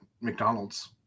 McDonald's